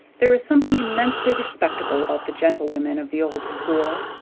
there is something immensely respectable about the gentlewomen of the old school.